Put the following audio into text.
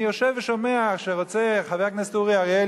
אני יושב ושומע שרוצה חבר הכנסת אורי אריאל,